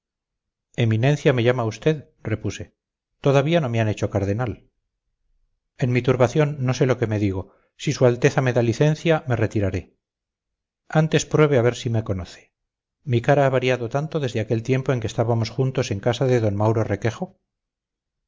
eminencia me llama usted repuse todavía no me han hecho cardenal en mi turbación no sé lo que me digo si su alteza me da licencia me retiraré antes pruebe a ver si me conoce mi cara ha variado tanto desde aquel tiempo en que estábamos juntos en casa de d mauro requejo